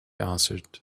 answered